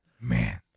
man